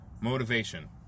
motivation